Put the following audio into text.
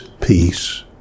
peace